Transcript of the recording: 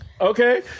Okay